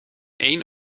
één